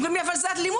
אומרים לי אבל זו אלימות.